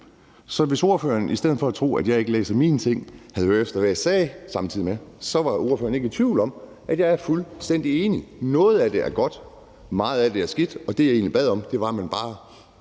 Så hvis ordføreren i stedet for at tro, at jeg ikke læser mine ting, havde hørt efter, hvad jeg sagde, var ordføreren ikke i tvivl om, at jeg er fuldstændig enig. Noget af det er godt, meget af det er skidt. Det, jeg egentlig bad om, var, at man bare